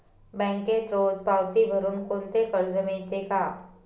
बँकेत रोज पावती भरुन कोणते कर्ज मिळते का?